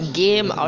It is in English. game